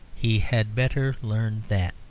he had better learn that.